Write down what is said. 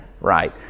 right